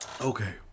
Okay